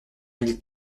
mille